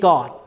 God